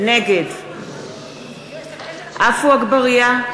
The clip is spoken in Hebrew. (תיקוני חקיקה להשגת יעדי התקציב לשנים 2013